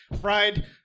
fried